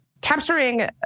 capturing